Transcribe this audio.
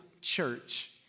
Church